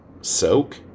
soak